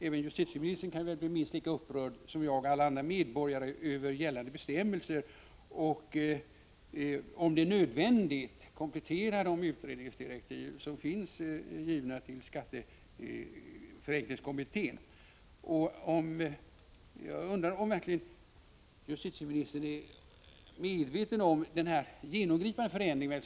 Även justitieministern kan bli minst lika upprörd som jag och många andra medborgare över gällande bestämmelser, och om det är nödvändigt komplettera utredningsdirektiven till skatteförenklingskommittén. Jag undrar om justitieministern verkligen är medveten om den genomgripande förändringen här.